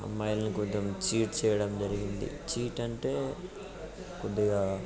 అమ్మాయిలని కొంచెం చీట్ చేయడం జరిగింది చీట్ అంటే కొద్దిగా